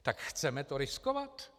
Tak chceme to riskovat?